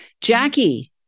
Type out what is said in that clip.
Jackie